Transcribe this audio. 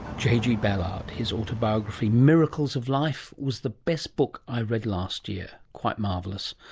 jg ballard. his autobiography, miracles of life was the best book i read last year. quite marvellous.